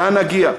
לאן נגיע?